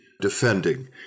defending